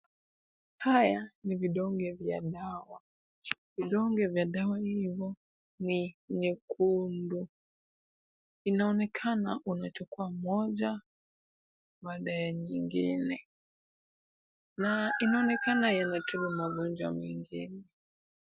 Haya ni vidonge vya dawa. Vidonge vya dawa hivo ni nyekundu. Inaonekana wanachukua moja baada ya nyingine na inaonekana yametibu magonjwa mengi.